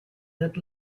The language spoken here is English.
that